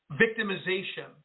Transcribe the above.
victimization